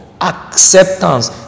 Acceptance